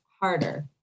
harder